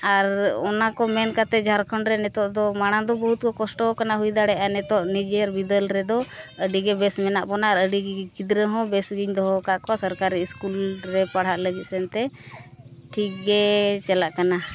ᱟᱨ ᱚᱱᱟ ᱠᱚ ᱢᱮᱱ ᱠᱟᱛᱮᱫ ᱡᱷᱟᱲᱠᱷᱚᱸᱰ ᱨᱮ ᱱᱤᱛᱚᱜ ᱫᱚ ᱢᱟᱲᱟᱝ ᱫᱚ ᱵᱚᱦᱩᱫ ᱠᱚ ᱠᱚᱥᱴᱚ ᱟᱠᱟᱱᱟ ᱦᱩᱭ ᱫᱟᱲᱮᱭᱟᱜᱼᱟ ᱱᱤᱛᱚᱜ ᱱᱤᱡᱮ ᱵᱤᱫᱟᱹᱞ ᱨᱮᱫᱚ ᱟᱹᱰᱤᱜᱮ ᱵᱮᱥ ᱢᱮᱱᱟᱜ ᱵᱚᱱᱟ ᱟᱨ ᱟᱹᱰᱤ ᱜᱤᱫᱽᱨᱟᱹ ᱦᱚᱸ ᱵᱮᱥ ᱜᱤᱧ ᱫᱚᱦᱚ ᱟᱠᱟᱫ ᱠᱚᱣᱟ ᱥᱚᱨᱠᱟᱨᱤ ᱥᱠᱩᱞ ᱨᱮ ᱯᱟᱲᱦᱟᱜ ᱞᱟᱹᱜᱤᱫ ᱥᱮᱱᱛᱮ ᱴᱷᱤᱠ ᱜᱮ ᱪᱟᱞᱟᱜ ᱠᱟᱱᱟ